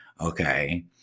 okay